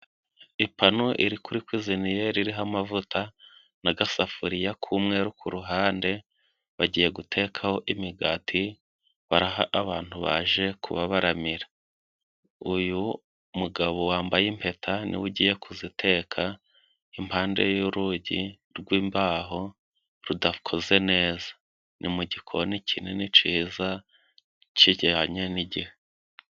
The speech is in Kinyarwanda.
Ipanu iri kuri kwiziniyeri iriho amavuta n'agasafuriya k'umweru ku ruhande, bagiye gutekaho imigati baraha abantu baje kubabaramira. Uyu mugabo wambaye impeta niwe ugiye kuziteka impande y'urugi rw'imbaho rudakoze neza, ni mu gikoni kinini ciza cijyanye n'igihe.